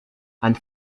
and